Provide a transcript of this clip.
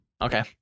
okay